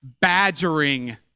badgering